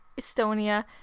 Estonia